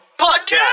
Podcast